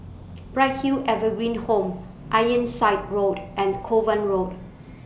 Bright Hill Evergreen Home Ironside Road and Kovan Road